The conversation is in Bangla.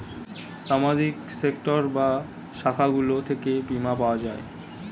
সামাজিক সেক্টর বা শাখাগুলো থেকে বীমা পাওয়া যায়